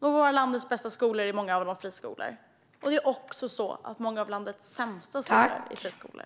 Några av landets bästa skolor är friskolor. Många av landets sämsta skolor är dock också friskolor.